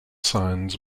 signs